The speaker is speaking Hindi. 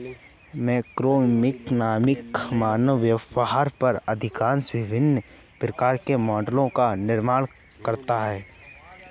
माइक्रोइकोनॉमिक्स मानव व्यवहार पर आधारित विभिन्न प्रकार के मॉडलों का निर्माण करता है